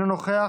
אינו נוכח,